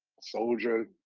soldier